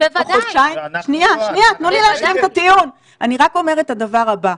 או חודשיים - אני רק אומרת את הדבר הבא.